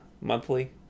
Monthly